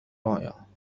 رائعة